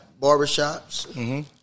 barbershops